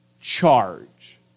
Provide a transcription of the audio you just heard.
charge